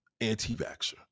anti-vaxxer